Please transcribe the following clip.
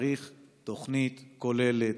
צריך תוכנית כוללת,